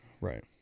Right